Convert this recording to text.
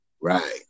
Right